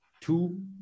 two